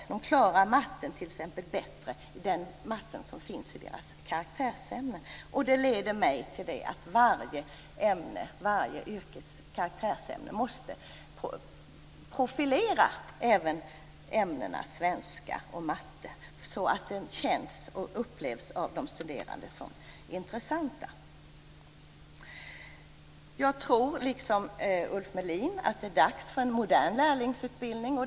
De klarar t.ex. bättre den matematik som finns i deras karaktärsämnen. Detta leder mig fram till att varje karaktärsämne måste profilera även ämnena svenska och matematik så att de av de studerande upplevs som intressanta. Jag tror liksom Ulf Melin att det är dags för en modern lärlingsutbildning.